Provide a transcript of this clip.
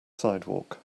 sidewalk